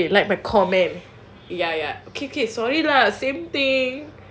oh sorry like my comment ya ya okay sorry what same thing